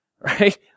Right